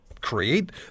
create